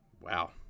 Wow